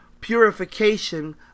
purification